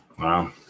wow